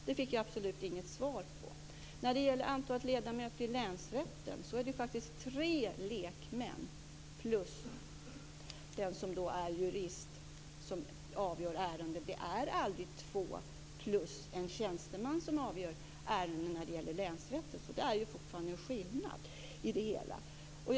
Jag fick absolut inget svar på denna fråga. I frågan om antalet ledamöter i länsrätten vill jag säga att det faktiskt är tre lekmän plus juristen som avgör ärendena. Det är aldrig två ledamöter och en tjänsteman som avgör ärenden i länsrätten. Där finns en skillnad.